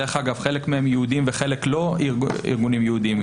דרך אגב חלק מהם יהודים וחלק לא ארגונים יהודיים.